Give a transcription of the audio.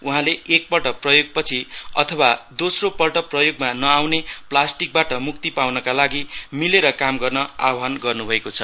उहाँले एकपल्ट प्रयोग अथवा दोश्रोपल्ट प्रयोगमा नाउने प्लास्टिकबाट मुक्ति पाउनका लागि मिलेरकाम गर्न आह्वान गर्नुभएको छ